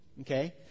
okay